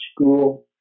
school